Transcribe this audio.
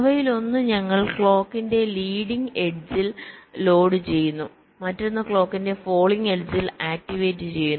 അവയിലൊന്ന് ഞങ്ങൾ ക്ലോക്കിന്റെ ലീഡിങ് എഡ്ജിൽ ലോഡുചെയ്യുന്നു മറ്റൊന്ന് ക്ലോക്കിന്റെ ഫാളിങ് എഡ്ജിൽ ആക്ടിവേറ്റ് ചെയ്യുന്നു